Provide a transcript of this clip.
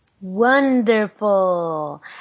Wonderful